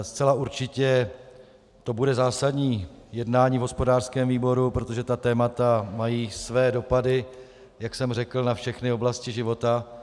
Zcela určitě to bude zásadní jednání v hospodářském výboru, protože témata mají své dopady, jak jsem řekl, na všechny oblasti života.